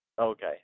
Okay